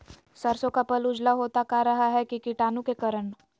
सरसो का पल उजला होता का रहा है की कीटाणु के करण?